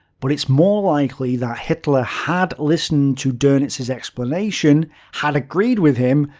but it's more likely that hitler had listened to donitz's explanation, had agreed with him,